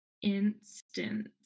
instance